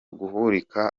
guhirika